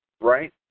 right